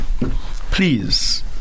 please